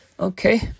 Okay